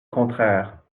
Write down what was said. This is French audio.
contraire